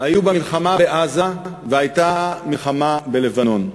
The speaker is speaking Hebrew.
הייתה בה מלחמה בעזה והייתה מלחמה בלבנון.